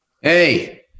Hey